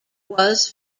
was